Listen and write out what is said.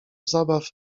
zabaw